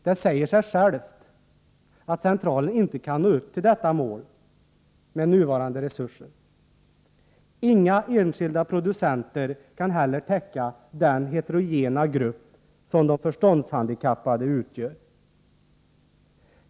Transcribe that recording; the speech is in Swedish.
Det säger sig självt att centralen inte kan nå upp till detta mål med nuvarande resurser. Inga enskilda producenter kan heller täcka den heterogena grupp som de förståndshandikappade utgör.